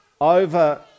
over